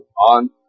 on